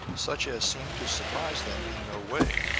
such as seemed to surprise them in no way,